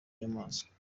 nyamaswa